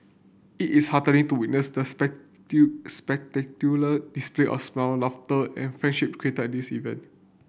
it is heartening to witness the display of smile laughter and friendship created at this event